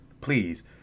please